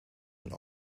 een